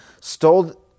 stole